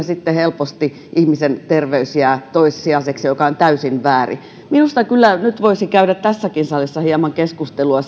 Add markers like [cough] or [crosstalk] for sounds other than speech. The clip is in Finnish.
[unintelligible] sitten helposti ihmisen terveys jää toissijaiseksi mikä on täysin väärin minusta nyt kyllä voisi käydä tässäkin salissa hieman keskustelua [unintelligible]